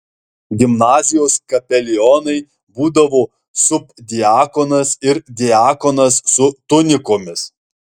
gimnazijos kapelionai būdavo subdiakonas ir diakonas su tunikomis